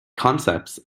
concepts